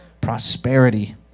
Prosperity